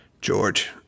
George